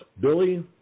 Billy